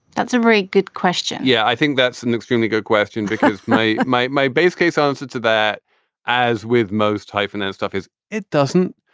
that's a very good question yeah, i think that's an extremely good question, because my my my base case um answer to that as with most high finance stuff is it doesn't.